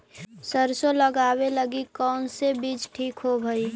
सरसों लगावे लगी कौन से बीज ठीक होव हई?